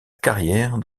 carrière